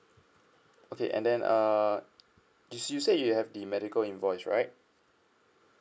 okay and then err you you said you have the medical invoice right